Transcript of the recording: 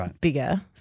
bigger